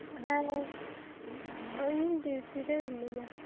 ᱦᱮᱸᱻ ᱤᱧ ᱰᱤᱭᱩᱴᱤᱨᱮ ᱢᱤᱱᱟᱹᱧᱟ